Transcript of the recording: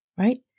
right